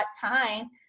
time